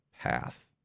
path